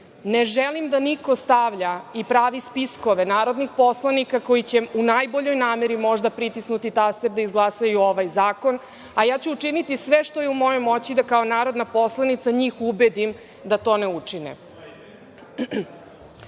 Ne želim da niko stavlja i pravi spiskove narodnih poslanika koji će, u najboljoj nameri možda, pritisnuti taster da izglasaju ovaj zakon, a ja ću učiniti sve što je u mojoj moći da kao narodna poslanica njih ubedim da to ne učine.